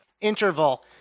interval